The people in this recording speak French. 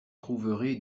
trouverai